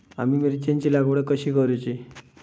आम्ही मिरचेंची लागवड कधी करूची?